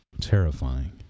terrifying